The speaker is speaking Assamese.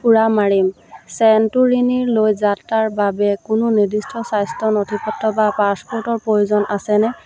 উৰা মাৰিম ছেণ্টোৰিনিলৈ যাত্ৰাৰ বাবে কোনো নিৰ্দিষ্ট স্বাস্থ্য নথিপত্ৰ বা পাছপোৰ্টৰ প্ৰয়োজন আছেনে